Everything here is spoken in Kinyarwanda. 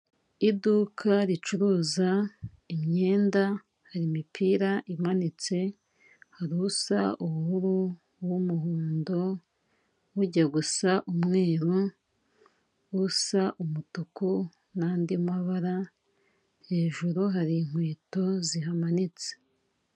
Iduka ricuruza imyenda, hari imipira imanitse hari usa ubururu w'umuhondo, ujya gusa umweru, usa umutuku n'andi mabara, hejuru hari inkweto zihamanitse.